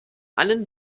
allen